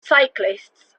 cyclists